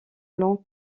long